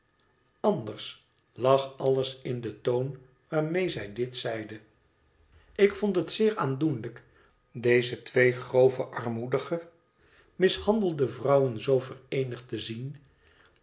anders lag alles in den toon waarmede zij dit zeide ik vond het zeer aandoenlijk deze twee grove armoedige mishandelde vrouwen zoo vereenigd te zien